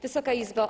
Wysoka Izbo!